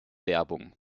werbung